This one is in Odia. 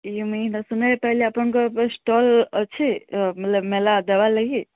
ଇ ମୁଇଁ ହେଟା ଶୁନବାକେ ପାଇଲି ଆପଣକଁର୍ ପରେ ଷ୍ଟଲ୍ ଅଛେ ବଲେ ମେଲା ଦେବାର୍ ଲାଗି